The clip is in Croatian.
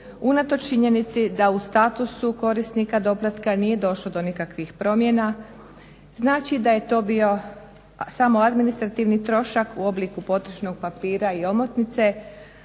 unatoč činjenici da u statusu korisnika doplatka nije došlo do nikakvih promjena. Znači da je to bio samo administrativni trošak u obliku potrošnog papira i omotnice,